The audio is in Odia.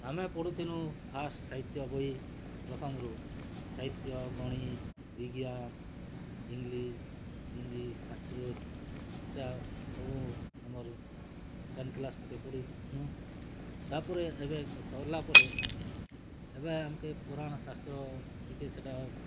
ଆମେ ପଢ଼ୁଥିନୁ ଫାଷ୍ଟ୍ ସାହିତ୍ୟ ବହି ପ୍ରଥମ୍ ରୁ ସାହିତ୍ୟ ଗଣିତ୍ ବିଜ୍ଞାନ୍ ଇଂଲିଶ୍ ହିନ୍ଦୀ ସାଂସ୍କୃତ୍ ଏଇଟା ସବୁ ଆମର୍ ଟେନ୍ କ୍ଲାସ୍ ପତେ ପଢ଼ିନୁ ତା'ପରେ ଏବେ ସରିଲା ପରେ ଏବେ ଆମ୍ କେ ପୁରାଣ ଶାସ୍ତ୍ର ଟିକେ ସେଇଟା